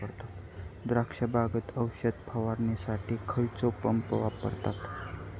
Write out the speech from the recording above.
द्राक्ष बागेत औषध फवारणीसाठी खैयचो पंप वापरतत?